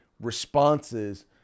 responses